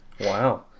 Wow